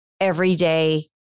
everyday